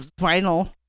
vinyl